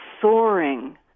soaring